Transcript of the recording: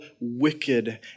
wicked